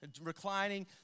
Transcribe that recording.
reclining